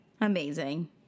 amazing